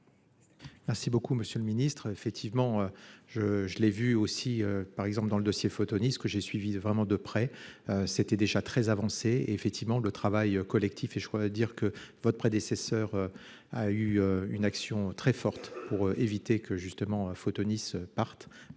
Merci beaucoup monsieur le Ministre, effectivement je je l'ai vu aussi par exemple dans le dossier Photonis que j'ai suivi de vraiment de près. C'était déjà très avancée, effectivement le travail collectif et je voudrais dire que votre prédécesseur. A eu une action très forte pour éviter que justement Photonis partent